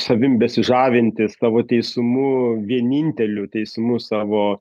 savim besižavintys savo teisumu vieninteliu teisumu savo